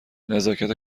نزاکت